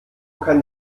kann